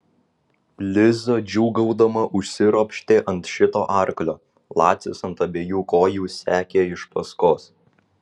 liza džiūgaudama užsiropštė ant šito arklio lacis ant abiejų kojų sekė iš paskos